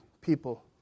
people